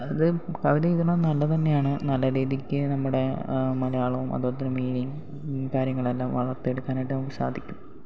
അത് കവിതയെഴുതണത് നല്ലതുതന്നെയാണ് നല്ല രീതിക്ക് നമ്മുടെ മലയാളവും അതുപോലെതന്നെ മീനിങ് കാര്യങ്ങളെല്ലാം വളർത്തിയെടുക്കാനായിട്ട് നമുക്ക് സാധിക്കും